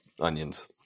onions